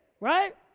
Right